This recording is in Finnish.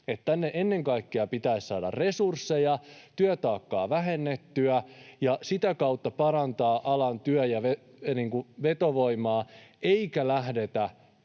Tänne ennen kaikkea pitäisi saada resursseja, työtaakkaa vähennettyä ja sitä kautta parantaa alan työ- ja vetovoimaa eikä lähteä